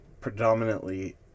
predominantly